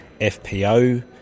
FPO